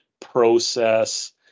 process